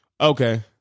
Okay